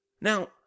now